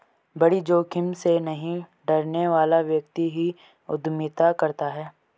बड़ी जोखिम से नहीं डरने वाला व्यक्ति ही उद्यमिता करता है